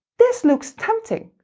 this looks tempting!